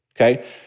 okay